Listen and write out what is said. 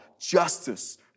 justice